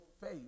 faith